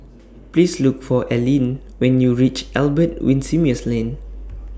Please Look For Allene when YOU REACH Albert Winsemius Lane